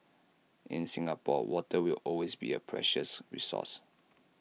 in Singapore water will always be A precious resource